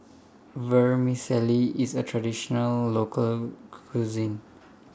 Vermicelli IS A Traditional Local Cuisine